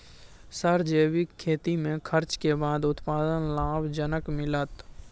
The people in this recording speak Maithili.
सर जैविक खेती में खर्च के बाद उत्पादन लाभ जनक मिलत?